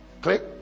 Click